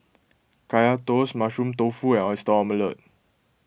Kaya Toast Mushroom Tofu and Oyster Omelette